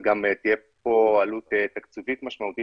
אז גם תהיה פה עלות תקציבית משמעותית